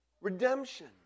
Redemption